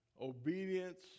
Obedience